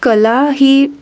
कला ही